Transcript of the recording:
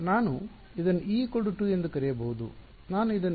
ನಾನು ಇದನ್ನು e2 ಎಂದೂ ಕರೆಯಬಹುದು